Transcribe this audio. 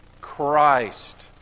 Christ